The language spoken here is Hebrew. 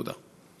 תודה.